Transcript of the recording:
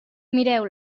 mireu